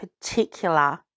particular